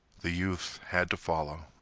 the youth had to follow.